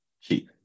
cheap